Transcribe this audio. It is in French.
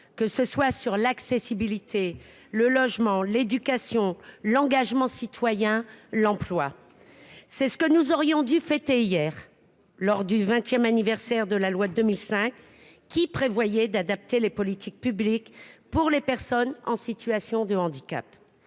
que ce soit sur l’accessibilité, le logement, l’éducation, l’engagement citoyen, l’emploi. C’est ce que nous aurions dû fêter hier, lors du colloque sur le vingtième anniversaire de la loi de 2005, qui prévoyait d’adapter les politiques publiques pour les personnes en situation de handicap.